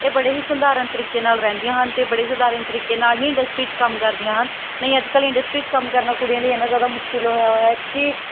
ਇਹ ਬੜੇ ਹੀ ਸਧਾਰਨ ਤਰੀਕੇ ਨਾਲ਼ ਰਹਿੰਦੀਆਂ ਹਨ ਅਤੇ ਬੜੇ ਸਧਾਰਨ ਤਰੀਕੇ ਨਾਲ਼ ਹੀ ਇੰਡਸਟਰੀ 'ਚ ਕੰਮ ਕਰਦੀਆਂ ਹਨ ਨਹੀਂ ਅੱਜ ਕੱਲ਼੍ਹ ਇੰਡਸਟਰੀ 'ਚ ਕੰਮ ਕਰਨਾ ਕੁੜੀਆਂ ਲਈ ਐਨਾ ਜ਼ਿਆਦਾ ਮੁਸ਼ਕਿਲ ਹੋਇਆ ਹੋਇਆ ਕਿ